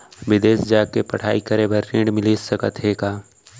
बिदेस जाके पढ़ई करे बर ऋण मिलिस सकत हे का?